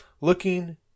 looking